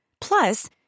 Plus